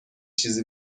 چیزی